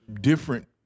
different